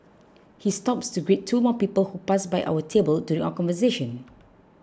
he stops to greet two more people who pass by our table during our conversation